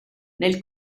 nel